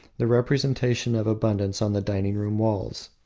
the representation of abundance on the dining-room walls.